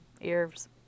ears